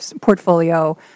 portfolio